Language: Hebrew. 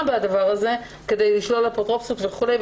בדבר הזה כדי לשלול אפוטרופסות וכולי.